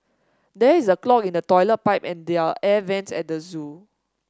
there is a clog in the toilet pipe and there air vents at the zoo